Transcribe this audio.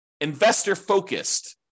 investor-focused